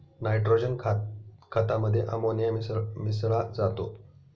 nitrogen खतामध्ये ammonia मिसळा जातो